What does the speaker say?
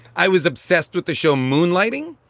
i was obsessed with the show moonlighting,